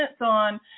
on